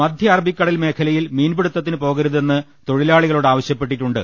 മധ്യഅറബിക്കടൽ മേഖലയിൽ മീൻപിടുത്ത ത്തിന് പോകരുതെന്ന് തൊഴിലാളികളോട് ആവശ്യപ്പെട്ടിട്ടുണ്ട്